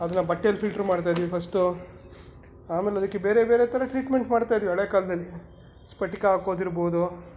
ಅದನ್ನು ಬಟ್ಟೇಲಿ ಫಿಲ್ಟ್ರ್ ಮಾಡ್ತಾ ಇದ್ವಿ ಫಸ್ಟು ಆಮೇಲೆ ಅದಕ್ಕೆ ಬೇರೆ ಬೇರೆ ಥರ ಟ್ರೀಟ್ಮೆಂಟ್ ಮಾಡ್ತಾ ಇದ್ವಿ ಹಳೆಯ ಕಾಲದಲ್ಲಿ ಸ್ಪಟಿಕ ಹಾಕೋದಿರ್ಬೋದು